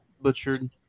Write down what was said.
Butchered